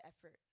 effort